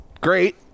great